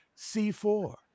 C4